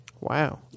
Wow